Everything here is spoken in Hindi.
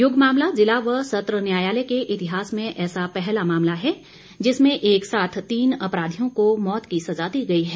युग मामला जिला व सत्र न्यायालय के इतिहास में ऐसा पहला मामला है जिसमें एक साथ तीन अपराधियों को मौत की सजा दी गई है